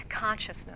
consciousness